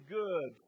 good